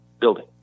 building